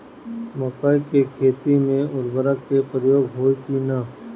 मकई के खेती में उर्वरक के प्रयोग होई की ना?